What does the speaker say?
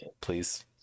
please